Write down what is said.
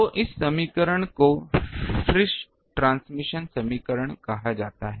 तो इस समीकरण को फ्रिस ट्रांसमिशन समीकरण कहा जाता है